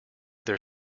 their